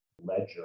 ledger